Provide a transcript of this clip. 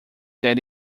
that